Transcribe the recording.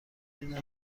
این